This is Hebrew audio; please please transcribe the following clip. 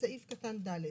בסעיף קטן (ד)